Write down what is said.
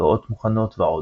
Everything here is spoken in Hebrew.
הרפתקאות מוכנות ועוד.